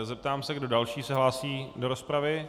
Zeptám se, kdo další se hlásí do rozpravy.